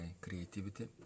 creativity